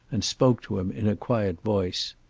and spoke to him in a quiet voice.